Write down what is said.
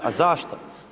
A zašto?